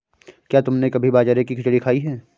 क्या तुमने कभी बाजरे की खिचड़ी खाई है?